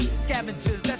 scavengers